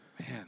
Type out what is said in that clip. Man